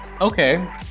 Okay